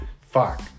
Fuck